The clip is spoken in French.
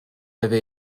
avait